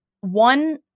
One